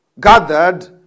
gathered